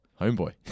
Homeboy